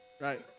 right